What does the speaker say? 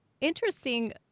interesting